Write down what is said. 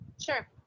Sure